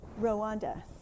Rwanda